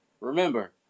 Remember